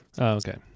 Okay